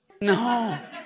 No